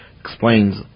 explains